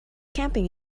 camping